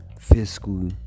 fiscal